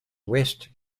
west